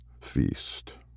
feast